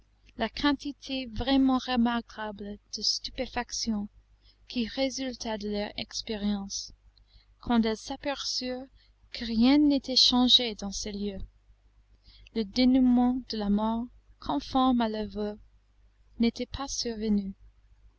la quantité vraiment remarquable de stupéfaction qui résulta de leur expérience quand elles s'aperçurent que rien n'était changé dans ces lieux le dénoûment de la mort conforme à leurs voeux n'était pas survenu